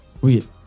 wait